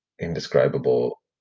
indescribable